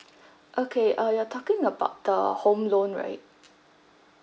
okay uh you're talking about the home loan right